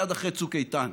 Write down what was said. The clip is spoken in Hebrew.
מייד אחרי צוק איתן,